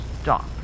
stop